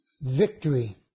victory